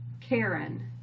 Karen